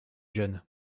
jeunes